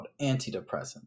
antidepressants